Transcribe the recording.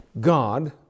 God